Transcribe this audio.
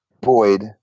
Boyd